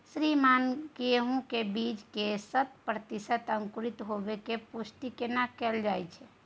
श्रीमान गेहूं के बीज के शत प्रतिसत अंकुरण होबाक पुष्टि केना कैल जाय?